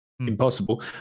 Impossible